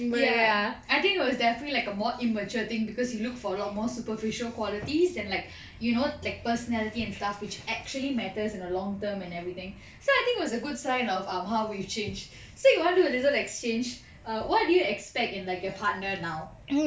ya I think it was definitely like a more immature thing because you look for a lot more superficial qualities and like you know like personality and stuff which actually matters in a long term and everything so I think it was a good sign of um how we've changed so you want to do a little exchange err what do you expect in like your partner now